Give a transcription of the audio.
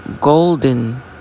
golden